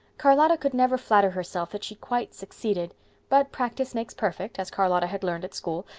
charlotta could never flatter herself that she quite succeeded but practice makes perfect, as charlotta had learned at school,